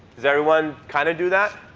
does everyone kind of do that?